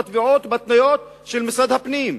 בתביעות ובהתניות של משרד הפנים.